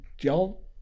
y'all